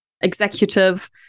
executive